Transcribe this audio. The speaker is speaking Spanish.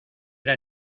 era